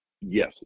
Yes